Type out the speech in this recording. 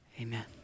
Amen